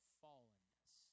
fallenness